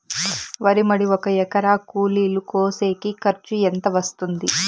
వరి మడి ఒక ఎకరా కూలీలు కోసేకి ఖర్చు ఎంత వస్తుంది?